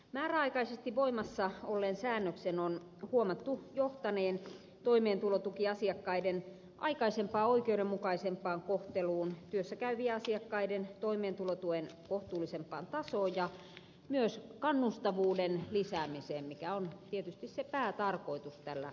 määräaikaisesti voimassa olleen säännöksen on huomattu johtaneen toimeentulotukiasiakkaiden aikaisempaa oikeudenmukaisempaan kohteluun työssäkäyvien asiakkaiden toimeentulotuen kohtuullisempaan tasoon ja myös kannustavuuden lisäämiseen mikä on tietysti se päätarkoitus tällä lailla